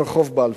ברחוב בלפור.